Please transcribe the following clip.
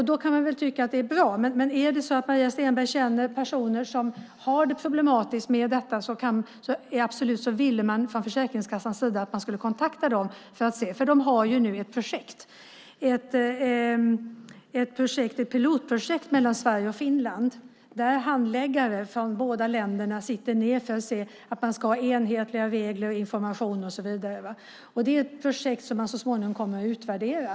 Då kan man ju tycka att det är bra. Men om det är så att Maria Stenberg känner personer som har det problematiskt med detta ville man absolut från Försäkringskassans sida att de här personerna ska ta kontakt med Försäkringskassan eftersom man nu har ett projekt. Det är ett pilotprojekt mellan Sverige och Finland där handläggare från båda länderna sitter ned för att se till att man har enhetliga regler, information och så vidare. Det är ett projekt som man så småningom kommer att utvärdera.